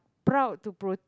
proud to pro~